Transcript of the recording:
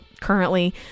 currently